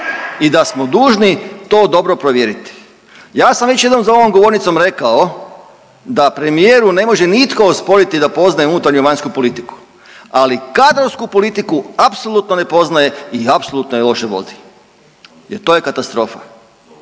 i da smo dužni to dobro provjeriti. Ja sam već jednom za ovom govornicom rekao da premijeru ne može nitko osporiti da poznaje unutarnju i vanjsku politiku, ali kadrovsku politiku apsolutno ne poznaje i apsolutno je loše vodi jer to je katastrofa.